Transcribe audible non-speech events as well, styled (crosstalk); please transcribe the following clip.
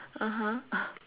(uh huh) (breath)